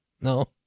No